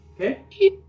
Okay